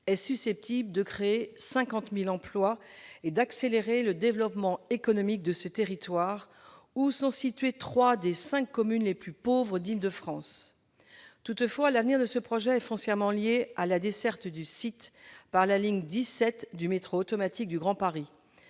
est susceptible de créer 50 000 emplois et d'accélérer le développement économique de ce territoire, où sont situées trois des cinq communes les plus pauvres d'Île-de-France. Toutefois, l'avenir de ce projet est foncièrement lié à la desserte du site par la ligne 17 du métro automatique du Grand Paris.